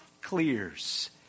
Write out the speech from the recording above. clears